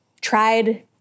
tried